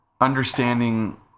understanding